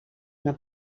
una